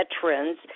veterans